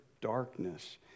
darkness